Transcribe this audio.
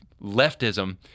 leftism